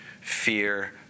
Fear